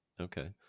Okay